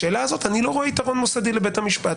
בשאלה הזו איני רואה יתרון מוסדי לממשלה.